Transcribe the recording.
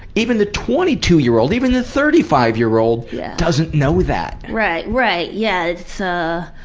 even the twenty two year old, even the thirty five year old doesn't know that! right, right. yeah, it's ah,